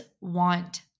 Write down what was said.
want